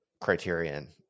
criterion